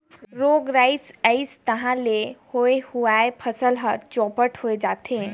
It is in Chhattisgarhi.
रोग राई अइस तहां ले होए हुवाए फसल हर चैपट होए जाथे